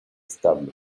establo